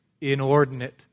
inordinate